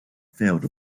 failed